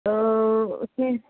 तो उसमें